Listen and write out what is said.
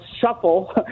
shuffle